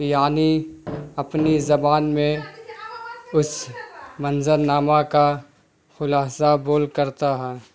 یعنی اپنی زبان میں اس منظرنامہ کا خلاصہ بول کرتا ہے